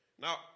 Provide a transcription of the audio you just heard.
Now